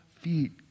feet